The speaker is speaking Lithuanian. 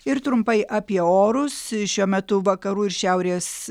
ir trumpai apie orus šiuo metu vakarų ir šiaurės